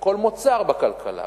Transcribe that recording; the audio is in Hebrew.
בכל מוצר בכלכלה,